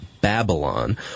Babylon